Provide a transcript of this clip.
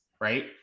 right